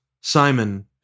Simon